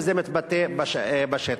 וזה מתבטא בשטח.